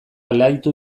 alaitu